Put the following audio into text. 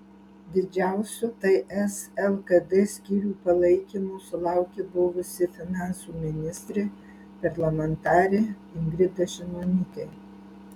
didžiausio ts lkd skyrių palaikymo sulaukė buvusi finansų ministrė parlamentarė ingrida šimonytė